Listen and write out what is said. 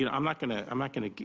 you know i'm not gonna i'm not gonna